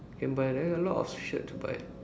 can buy there a lot of shirt to buy